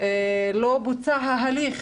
לא בוצע ההליך